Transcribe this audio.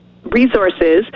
resources